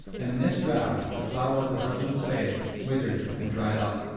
and in this drought the flower of the president's faith withered and dried up.